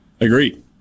Agreed